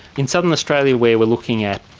in southern australia where we are looking at